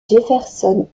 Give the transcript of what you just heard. jefferson